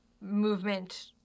movement